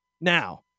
Now